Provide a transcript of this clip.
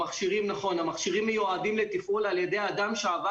המכשירים מיועדים לתפעול על ידי אדם שעבר